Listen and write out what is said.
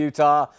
Utah